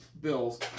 Bills